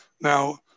Now